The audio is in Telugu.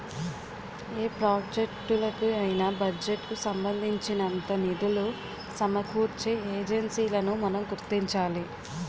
ఏ ప్రాజెక్టులకు అయినా బడ్జెట్ కు సంబంధించినంత నిధులు సమకూర్చే ఏజెన్సీలను మనం గుర్తించాలి